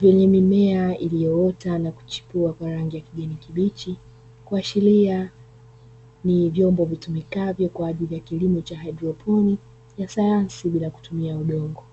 vyenye mimea iliyoota na kuchipua kwa rangi ya kijani kibichi, kuashiria ni vyombo vitumikavyo kwa ajili ya kilimo cha haidroponi ya sayansi bila kutumia udongo.